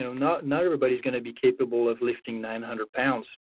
not not everybody is going to be capable of lifting nine hundred pounds.